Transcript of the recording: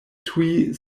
tuj